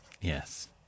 Yes